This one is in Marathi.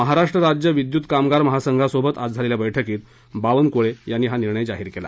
महाराष्ट्र राज्य विद्युत कामगार महासंघासोबत आज झालेल्या बैठकीत बावनकुळे यांनी हा निर्णय जाहीर केला